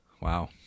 Wow